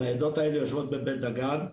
הניידות האלה יושבות בבית דגן.